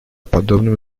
подобным